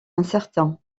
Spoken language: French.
incertain